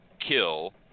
kill